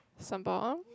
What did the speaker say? Sembawang